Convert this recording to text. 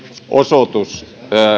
osoitus